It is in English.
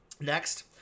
Next